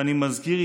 ואני מזכיר,